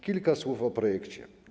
Kilka słów o projekcie.